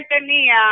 tenía